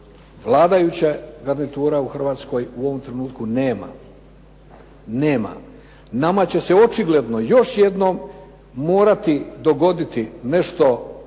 vladajuća garnitura u Hrvatskoj u ovom trenutku nema. Nama će se očigledno još jednom morati dogoditi nešto vrlo